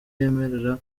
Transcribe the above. yemerera